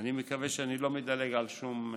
אני מקווה שאני לא מדלג על שום דבר,